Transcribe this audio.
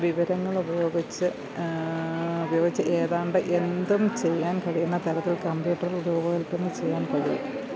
വിവരങ്ങൾ ഉപയോഗിച്ച് ഉപയോഗിച്ച് ഏതാണ്ട് എന്തും ചെയ്യാൻ കഴിയുന്ന തരത്തിൽ കമ്പ്യൂട്ടറുകൾ രൂപകൽപ്പന ചെയ്യാൻ കഴിയും